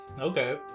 Okay